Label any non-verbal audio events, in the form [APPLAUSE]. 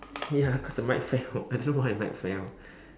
ya [LAUGHS] cause the mic fell I don't know why the mic fell